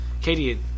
Katie